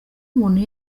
umuntu